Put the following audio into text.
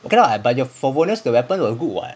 okay lah but your favonius the weapon were good [what]